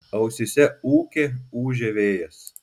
ausyse ūkė ūžė vėjas